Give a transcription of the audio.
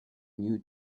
new